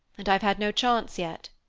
and i've had no chance yet.